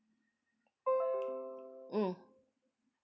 mm